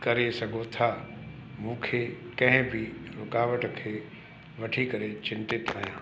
करे सघो था मूंखे कंहिं बि रुकावट खे वठी करे चिंतित आहियां